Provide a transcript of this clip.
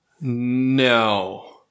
No